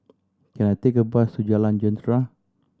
can I take a bus to Jalan Jentera